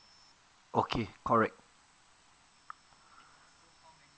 okay correct